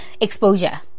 exposure